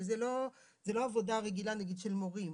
אבל זה לא עבודה רגילה נגיד של מורים.